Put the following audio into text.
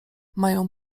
mają